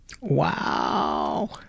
Wow